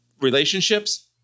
relationships